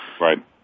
Right